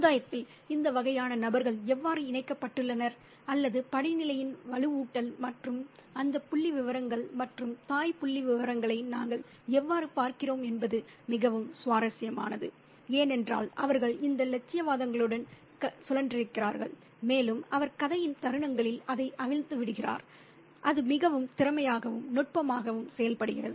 சமுதாயத்தில் இந்த வகையான நபர்கள் எவ்வாறு இணைக்கப்பட்டுள்ளனர் அல்லது படிநிலையின் வலுவூட்டல் மற்றும் அந்த புள்ளிவிவரங்கள் மற்றும் தாய் புள்ளிவிவரங்களை நாங்கள் எவ்வாறு பார்க்கிறோம் என்பது மிகவும் சுவாரஸ்யமானது ஏனென்றால் அவர்கள் இந்த இலட்சியவாதங்களுடன் சுழன்றிருக்கிறார்கள் மேலும் அவர் கதையின் தருணங்களில் அதை அவிழ்த்து விடுகிறது அது மிகவும் திறமையாகவும் நுட்பமாகவும் செய்யப்படுகிறது